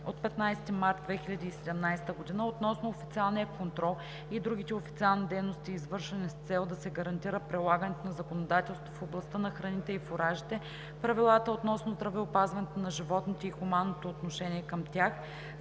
от 15 март 2017 г. относно официалния контрол и другите официални дейности, извършвани с цел да се гарантира прилагането на законодателството в областта на храните и фуражите, правилата относно здравеопазването на животните и хуманното отношение към тях,